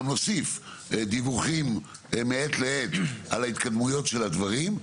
נוסיף דיווחים מעת לעת על ההתקדמויות של הדברים,